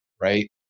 right